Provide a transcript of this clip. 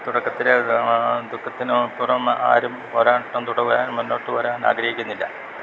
തുടക്കത്തിലെ ദുഃഖത്തിനുമപ്പുറം ആരും പോരാട്ടം തുടരുവാൻ മുന്നോട്ടുവരാൻ ആഗ്രഹിക്കുന്നില്ല